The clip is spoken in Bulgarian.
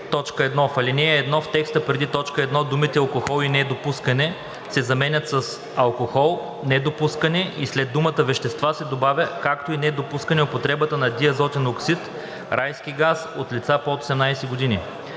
1. В ал. 1, в текста преди т. 1 думите „алкохол и недопускане“ се заменят с „алкохол, недопускане“ и след думата „вещества“ се добавя „както и недопускане употребата на диазотен оксид (райски газ) от лица под 18 години“.